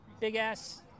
big-ass